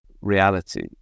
reality